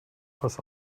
pass